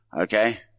okay